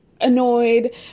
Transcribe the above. annoyed